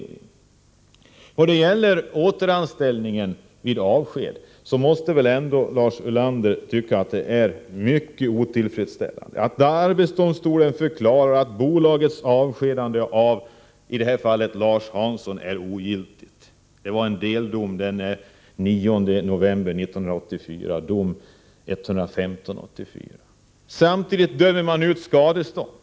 När det gäller återanställning vid avsked måste väl ändå Lars Ulander tycka att det är mycket otillfredsställande att det kan bli så som jag beskrev i mitt exempel. Arbetsdomstolen förklarar att bolagets avskedande av, i det här fallet, Lars Hansson är ogiltigt — det var en deldom den 9 november 1984, dom 1984:115. Samtidigt dömer man ut skadestånd.